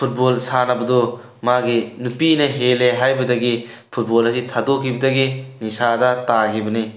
football ꯁꯥꯟꯅꯕꯗꯣ ꯃꯥꯒꯤ ꯅꯨꯄꯤꯅ ꯍꯦꯜꯂꯦ ꯍꯥꯏꯕꯗꯒꯤ ꯐꯨꯠꯕꯣꯜ ꯑꯁꯤ ꯊꯥꯗꯣꯛꯈꯤꯕꯗꯒꯤ ꯅꯤꯁꯥꯗ ꯇꯥꯈꯤꯕꯅꯤ